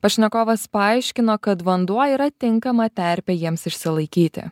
pašnekovas paaiškino kad vanduo yra tinkama terpė jiems išsilaikyti